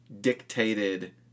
dictated